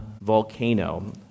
volcano